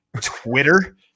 Twitter